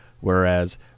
whereas